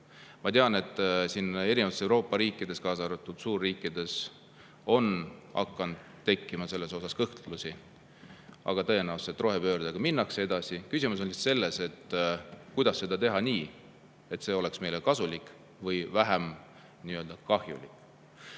Ma tean, et Euroopa eri riikides, kaasa arvatud suurriikides, on hakanud tekkima selles suhtes kõhklusi. Aga tõenäoliselt rohepöördega minnakse edasi. Küsimus on selles, kuidas seda teha nii, et see oleks meile kasulik või vähem kahjulik.